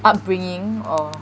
upbringing or